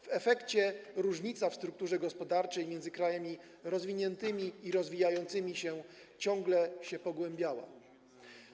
W efekcie różnica w strukturze gospodarczej między krajami rozwiniętymi i krajami rozwijającymi się ciągle się powiększała.